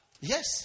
Yes